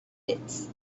pits